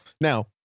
Now